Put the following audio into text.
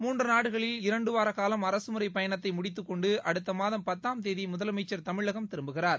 மூன்று நாடுகளில் இரண்டுவார காலம் அரசுமுறை பயணத்தை முடித்துக்கொண்டு அடுத்த மாதம் பத்தாம் தேதி முதலமைச்சர் தமிழகம் திரும்புகிறார்